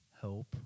help